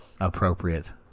appropriate